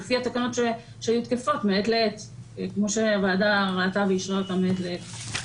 ולפי התקנות שהיו תקפות מעת לעת כמו שהוועדה ראתה ואישרה אותן מעת לעת.